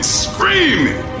screaming